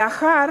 לאחר